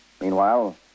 Meanwhile